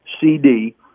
CD